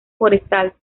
forestal